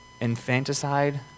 Infanticide